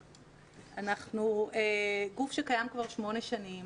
אנחנו גוף שקיים כבר שמונה שנים,